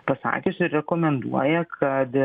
pasakiusi rekomenduoja kad